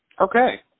Okay